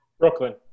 brooklyn